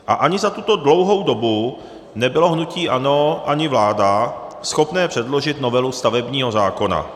A ani za tuto dlouhou dobu nebyly hnutí ANO ani vláda schopné předložit novelu stavebního zákona.